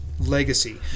Legacy